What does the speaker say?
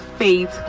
faith